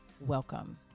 welcome